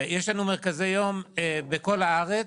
ויש לנו מרכזי יום בכל הארץ.